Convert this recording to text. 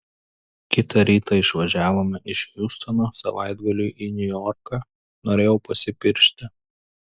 kitą rytą išvažiavome iš hjustono savaitgaliui į niujorką norėjau pasipiršti